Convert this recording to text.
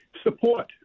Support